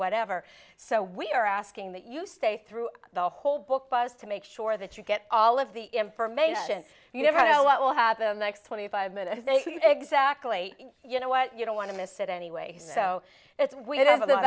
whatever so we are asking that you stay through the whole book bus to make sure that you get all of the information you never know what will happen next twenty five minutes they exactly you know what you don't want to miss it anyway so it's we did have that